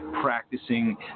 practicing